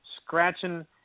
scratching